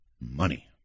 money